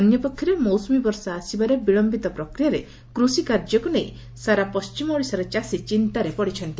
ଅନ୍ୟପକ୍ଷରେ ମୌସୁମୀ ବର୍ଷା ଆସିବାର ବିଳଧିତ ପ୍ରକ୍ରିୟାରେ କୃଷିକାର୍ଯ୍ୟକୁ ନେଇ ସାରା ପଣ୍ଟିମ ଓଡ଼ିଶାର ଚାଷୀ ଚିନ୍ତାରେ ରହିଛନ୍ତି